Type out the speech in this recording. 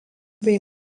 bei